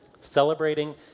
Celebrating